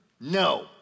no